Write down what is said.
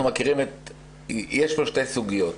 יש פה שתי סוגיות.